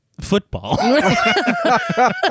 football